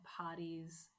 parties